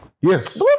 Yes